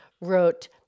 wrote